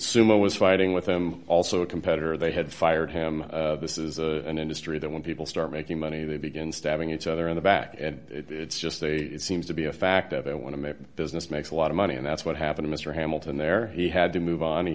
suma was fighting with him also a competitor they had fired him this is an industry that when people start making money they begin stabbing each other in the back and it's just a it seems to be a fact that they want to make business makes a lot of money and that's what happened mr hamilton there he had to move on he